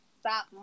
stop